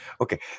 Okay